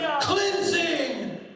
Cleansing